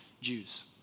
Jews